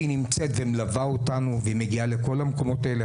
שהיא נמצאת ומלווה אותנו ומגיעה לכל המקומות האלה,